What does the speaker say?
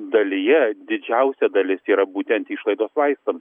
dalyje didžiausia dalis yra būtent išlaidos vaistams